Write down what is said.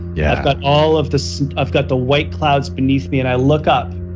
yeah i've got all of this. i've got the white clouds beneath me and i look up,